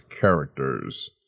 characters